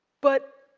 but,